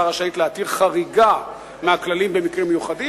רשאית להתיר חריגה מהכללים במקרים מיוחדים.